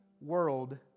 world